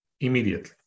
immediately